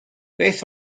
beth